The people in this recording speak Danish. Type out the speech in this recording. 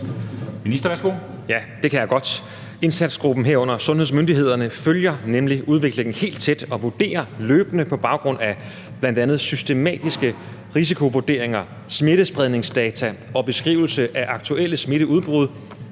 Heunicke): Ja, det kan jeg godt. Indsatsgruppen, herunder sundhedsmyndighederne, følger nemlig udviklingen helt tæt og vurderer løbende på baggrund af bl.a. systematiske risikovurderinger, smittespredningsdata og beskrivelse af aktuelle smitteudbrud,